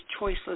choiceless